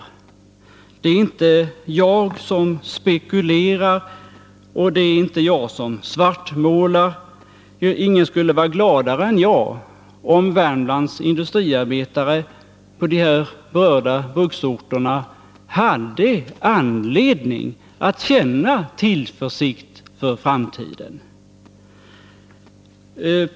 Det är inte jag som spekulerar, och det är inte jag som svartmålar. Ingen skulle vara gladare än jag om Värmlands industriarbetare på de här berörda bruksorterna hade anledning att känna tillförsikt för framtiden.